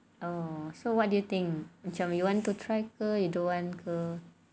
so what do you think macam you want to try ke you don't want ke